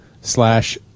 slash